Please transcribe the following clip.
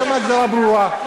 יש שם הגדרה ברורה.